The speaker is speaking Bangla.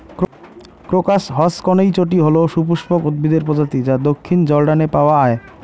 ক্রোকাস হসকনেইচটি হল সপুষ্পক উদ্ভিদের প্রজাতি যা দক্ষিণ জর্ডানে পাওয়া য়ায়